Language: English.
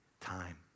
Time